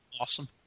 Awesome